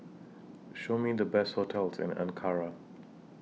Show Me The Best hotels in Ankara